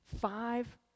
Five